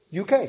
UK